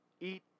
eat